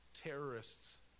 terrorists